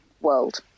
world